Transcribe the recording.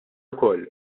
ukoll